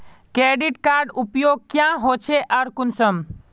Credit कार्डेर उपयोग क्याँ होचे आर कुंसम?